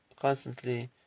constantly